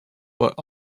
but